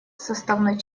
составной